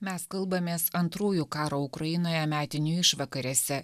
mes kalbamės antrųjų karo ukrainoje metinių išvakarėse